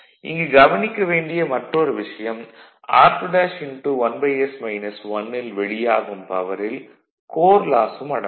இங்கு கவனிக்க வேண்டிய மற்றொரு விஷயம் r2'1s 1 ல் வெளியாகும் பவரில் கோர் லாஸ் ம் அடங்கும்